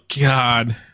God